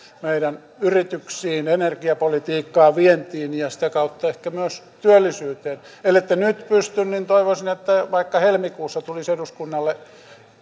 meidän yrityksiin energiapolitiikkaan vientiin ja sitä kautta ehkä myös työllisyyteen ellette nyt pysty arvioimaan niin toivoisin että vaikka helmikuussa tulisi eduskunnalle